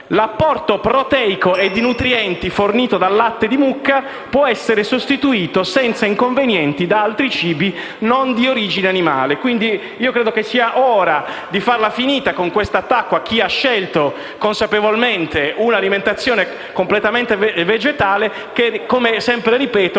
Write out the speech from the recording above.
l'apporto proteico e di nutrienti fornito dal latte di mucca può essere sostituito senza inconvenienti da altri cibi non di origine animale. Credo pertanto che sia ora di farla finita con questo attacco a chi ha scelto consapevolmente di seguire un'alimentazione completamente vegetale che, come ripeto